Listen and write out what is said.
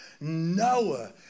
Noah